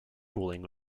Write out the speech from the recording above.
cooling